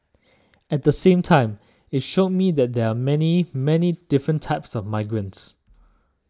at the same time it showed me that there are many many different types of migrants